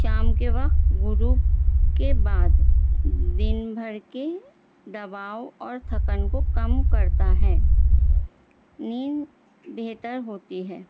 شام کے وقت گرو کے بعد دن بھر کے دباؤ اور تھکن کو کم کرتا ہے ند بہتر ہوتی ہے